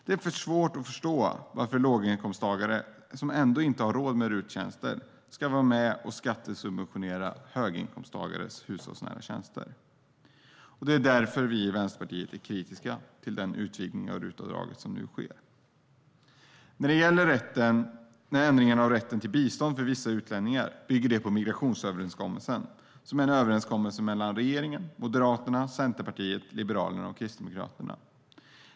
Det är svårt att förstå varför låginkomsttagare som inte har råd med RUT-tjänster ska vara med och skattesubventionera höginkomsttagares hushållsnära tjänster. Därför är vi i Vänsterpartiet kritiska till den utvidgning av RUT-avdraget som nu sker. När det gäller ändringen av rätten till bistånd för vissa utlänningar bygger det på migrationsöverenskommelsen mellan regeringen och Moderaterna, Centerpartiet, Liberalerna och Kristdemokraterna.